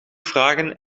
vragen